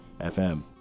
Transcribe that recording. FM